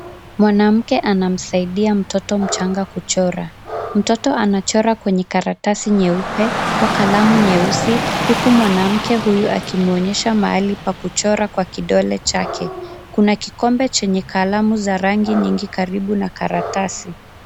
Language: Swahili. Mwanamke anamsaidia mtoto mchanga kuchora. Mtoto anachora kwenye karatasi nyeupe kwa kalamu nyeusi huku mwanamke huyu akimuonyesha mahali pa kuchora kwa kidole chake. Kuna kikombe chenye kalamu za rangi nyingi karibu na karatasi.